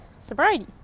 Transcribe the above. sobriety